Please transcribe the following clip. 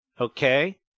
Okay